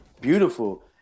beautiful